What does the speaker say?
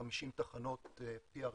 50 תחנות PRMS,